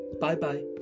bye-bye